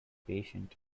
patient